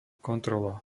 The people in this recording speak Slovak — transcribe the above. kontrola